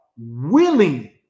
willing